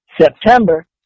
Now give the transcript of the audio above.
September